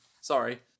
Sorry